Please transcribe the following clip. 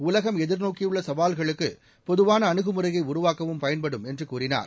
உலகம் எதிர்நோக்கியுள்ள சவால்களுக்கு பொதுவான அணுகுமுறையை உருவாக்கவும் பயன்படும் என்று கூறினார்